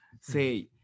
say